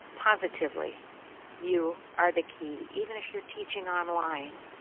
positively you are the key, even if you're teaching online,